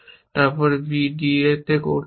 তারপর আপনাকে b d এ করতে হবে